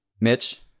Mitch